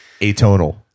Atonal